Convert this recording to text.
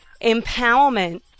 empowerment